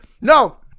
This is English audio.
No